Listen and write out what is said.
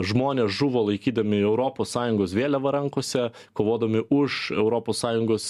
žmonės žuvo laikydami europos sąjungos vėliavą rankose kovodami už europos sąjungos